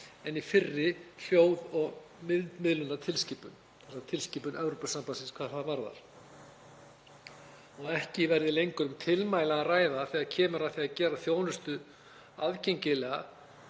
en í fyrri hljóð- og myndmiðlunartilskipun, þ.e. tilskipun Evrópusambandsins hvað það varðar. Ekki verði lengur um tilmæli að ræða, þegar kemur að því að gera þjónustu aðgengilega